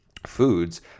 foods